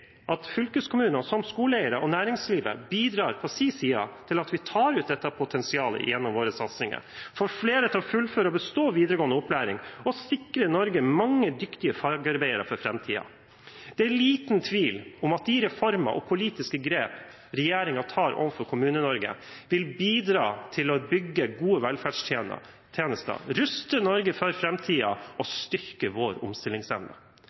at fylkeskommunene som skoleeiere og næringslivet bidrar på sin side til at vi tar ut dette potensialet gjennom våre satsinger, får flere til å fullføre og bestå videregående opplæring og sikrer Norge mange dyktige fagarbeidere for framtiden. Det er liten tvil om at de reformer og politiske grep regjeringen tar overfor Kommune-Norge, vil bidra til å bygge gode velferdstjenester, ruste Norge for framtiden og styrke vår omstillingsevne.